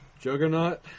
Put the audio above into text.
Juggernaut